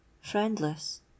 friendless